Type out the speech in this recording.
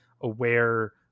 aware